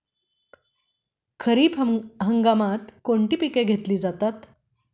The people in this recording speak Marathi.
खरीप हंगामात कोणती पिके घेतली जातात?